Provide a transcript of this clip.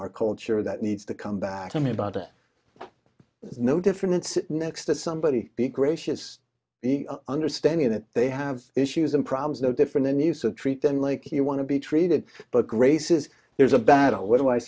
our culture that needs to come back to me about are no different next to somebody be gracious be understanding that they have issues and problems no different than you so treat them like you want to be treated but graces there's a battle what do i